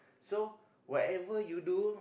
so whatever you do